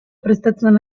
prestatzen